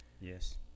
Yes